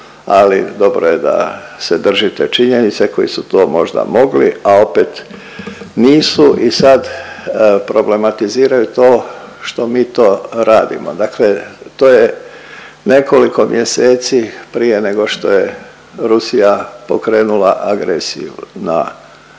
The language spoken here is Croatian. ali dobro je da se držite činjenice koji su to možda mogli, a opet nisu i sad problematiziraju to što mi to radimo, dakle to je nekoliko mjeseci prije nego što je Rusija pokrenula agresiju na Ukrajinu